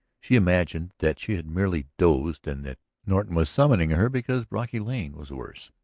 she imagined that she had merely dozed and that norton was summoning her because brocky lane was worse.